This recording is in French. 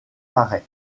paray